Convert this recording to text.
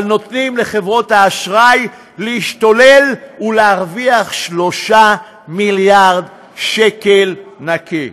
אבל נותנים לחברות האשראי להשתולל ולהרוויח 3 מיליארד שקל נקי.